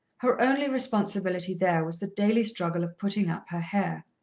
her only responsibility there was the daily struggle of putting up her hair.